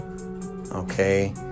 okay